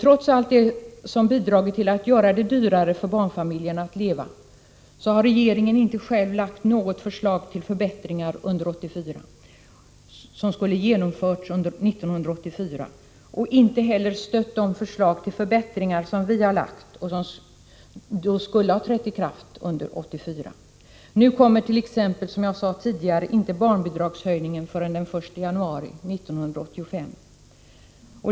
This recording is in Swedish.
Trots allt som bidragit till att göra det dyrare för barnfamiljerna att leva har regeringen inte själv lagt fram något förslag till förbättringar under 1984 och inte heller stött de förslag till förbättringar som vi lagt fram och som skulle ha trätt i kraft under 1984. Nu kommer inte barnbidragshöjningen förrän den 1 januari 1985.